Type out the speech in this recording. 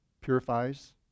Purifies